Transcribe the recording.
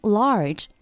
large